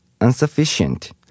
insufficient